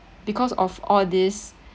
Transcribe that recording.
because of all this